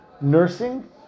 nursing